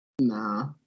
Nah